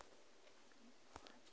मैं किस योजना के लिए पात्र हूँ?